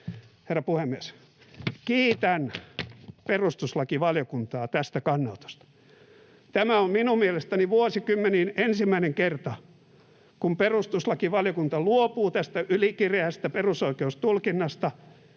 Herra puhemies! Kiitän perustuslakivaliokuntaa tästä kannanotosta. Tämä on minun mielestäni vuosikymmeniin ensimmäinen kerta, kun perustuslakivaliokunta luopuu tästä ylikireästä perusoikeustulkinnasta